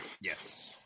Yes